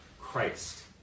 Christ